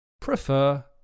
prefer